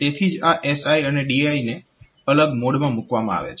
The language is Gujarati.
તેથી જ આ SI અને DI ને અલગ મોડમાં મૂકવામાં આવે છે